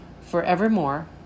forevermore